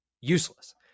useless